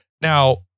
Now